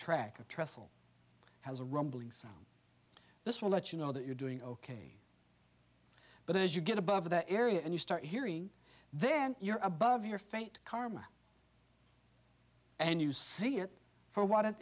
track a trestle has a rumbling sound this will let you know that you're doing ok but as you get above that area and you start hearing then you're above your fate karma and you see it for what it